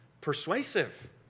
persuasive